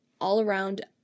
all-around